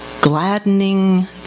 gladdening